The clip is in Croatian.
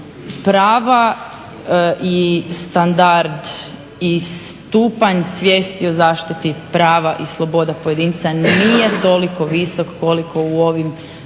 prava i standard i stupanj svijesti o zaštiti prava i sloboda pojedinca nije toliko visok koliko u ovim visoko